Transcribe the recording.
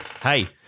Hey